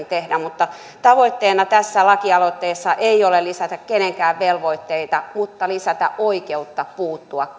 tehdä mutta tavoitteena tässä lakialoitteessa ei ole lisätä kenenkään velvoitteita vaan lisätä oikeutta puuttua